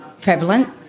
prevalent